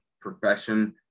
profession